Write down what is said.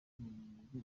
mwuga